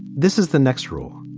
this is the next rule.